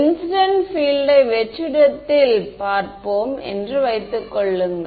incident field யை வெற்றிடத்தில் பார்ப்போம் என்று வைத்துக் கொள்ளுங்கள்